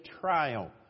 trial